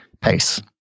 pace